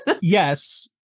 Yes